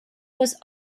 was